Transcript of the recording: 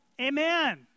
Amen